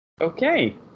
Okay